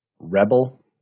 Rebel